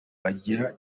bagira